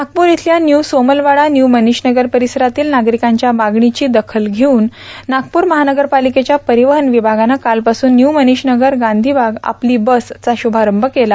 नागपूर इथल्या new Somalwada new Manishnagar परिसरातील नागरिकांच्या मागणीची दखल घेऊन नागपूर महानगर पालिकेच्या परिवहन विभागानं कालपासून न्यू मनीषनगर गांधीबाग आपली बस चा शुभारंभ केला